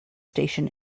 station